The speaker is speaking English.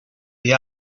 the